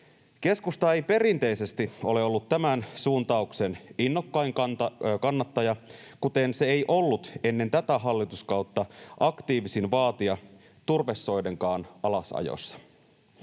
Keskusta ei perinteisesti ole ollut tämän suuntauksen innokkain kannattaja, kuten se ei ollut ennen tätä hallituskautta aktiivisin vaatija turvesoidenkaan alasajossa.